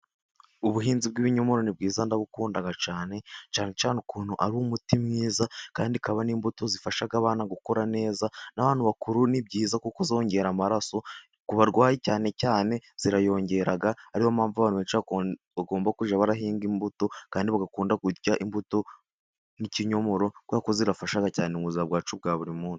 Ubuhinzi bw'ibinyomoro ni bwiza ndabukunda cyane cyane cyane ukuntu ari umuti mwiza, kandi zikaba n'imbuto zifasha abana gukura neza n'abantu bakuru ni byiza kuko zongera amaraso. Ku barwayi cyane cyane zirayongera ariyo mpamvu abantu benshi bagomba kujya barahinga imbuto, kandi bagakunda kurya imbuto nk'ikinyomoro kuberako zirafasha cyane mu buzima bwacu bwa buri munsi.